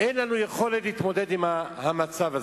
ואין לנו יכולת להתמודד עם המצב הזה.